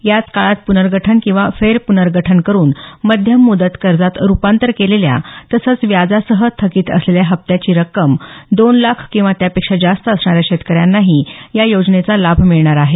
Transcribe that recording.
याच काळात प्नर्गठन किंवा फेरप्नर्गठन करून मध्यम मुदत कर्जात रूपांतर केलेल्या तसंच व्याजासह थकित असलेल्या हप्त्याची रक्कम दोन लाख किंवा त्यापेक्षा जास्त असणाऱ्या शेतकऱ्यांनाही या योजनेचा लाभ मिळणार आहे